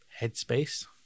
headspace